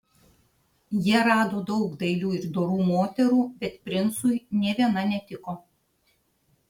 jie rado daug dailių ir dorų moterų bet princui nė viena netiko